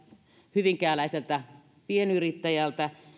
hyvinkääläiseltä pienyrittäjältä